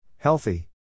Healthy